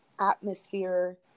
Atmosphere